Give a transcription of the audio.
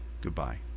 Goodbye